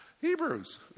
Hebrews